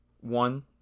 one